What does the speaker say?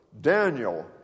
Daniel